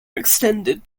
extended